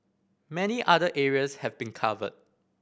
many other areas have been covered